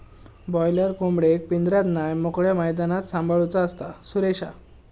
boiler कोंबडेक पिंजऱ्यात नाय मोकळ्या मैदानात सांभाळूचा असता, सुरेशा